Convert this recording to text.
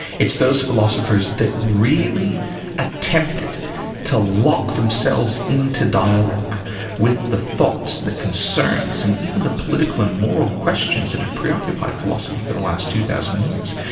it's those philosophers that really attempted to lock themselves in to dialogue with the thoughts, the concerns and even the political and moral questions that have preoccupied philosophy for the last two thousand years,